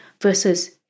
versus